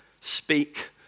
speak